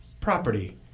property